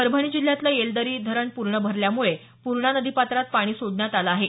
परभणी जिल्ह्यातलं येलदरी पूर्ण भरल्यामुळे पूर्णा नदीपात्रात पाणी सोडण्यात आलं आहे